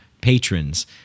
patrons